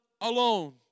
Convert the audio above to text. alone